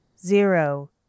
zero